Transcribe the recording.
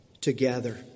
together